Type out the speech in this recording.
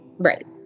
right